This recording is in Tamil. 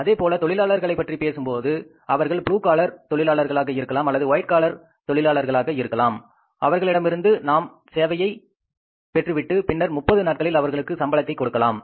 அதேபோல தொழிலாளர்களைப் பற்றி பேசும்போது அவர்கள் ப்ளூ காலர் தொழிலாளர்களாக இருக்கலாம் அல்லது ஒயிட் காலர் தொழிலாளர்களாக இருக்கலாம் அவர்களிடமிருந்து நாம் சேவையைப் பெற்று விட்டு பின்னர் 30 நாட்களில் அவர்களுக்கான சம்பளத்தை கொடுக்கலாம்